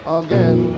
again